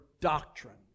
doctrine